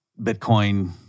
Bitcoin